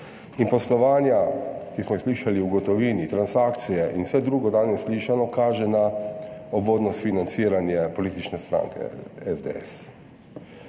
in poslovanja, o katerih smo slišali, v gotovini, transakcije, in vse drugo danes slišano kaže na ugodno financiranje politične stranke SDS.